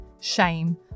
shame